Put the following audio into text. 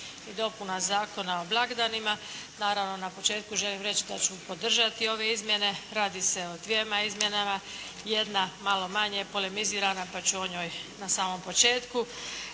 i dopuna Zakona o blagdanima. Naravno na početku želim reći da ću podržati ove izmjene. Radi se o dvjema izmjenama, jedna je malo manje polemizirana pa ću o njoj na samom početku.